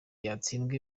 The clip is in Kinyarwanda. yatsindwa